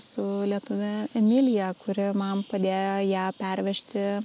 su lietuve emilija kuri man padėjo ją pervežti